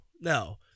No